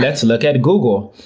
let's look at google.